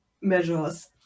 measures